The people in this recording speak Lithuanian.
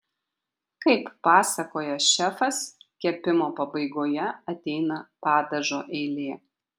kaip pasakoja šefas kepimo pabaigoje ateina padažo eilė